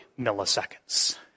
milliseconds